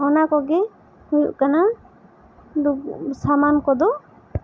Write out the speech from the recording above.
ᱚᱱᱟ ᱠᱚᱜᱮ ᱦᱩᱭᱩᱜ ᱠᱟᱱᱟ ᱞᱩᱵ ᱥᱟᱢᱟᱱ ᱠᱚᱫᱚ